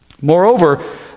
Moreover